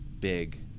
big